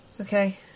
Okay